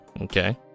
Okay